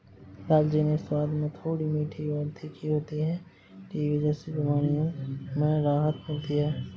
दालचीनी स्वाद में थोड़ी मीठी और तीखी होती है टीबी जैसी बीमारियों में राहत मिलती है